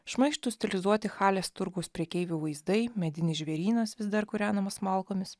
šmaikštūs stilizuoti halės turgaus prekeivių vaizdai medinis žvėrynas vis dar kūrenamas malkomis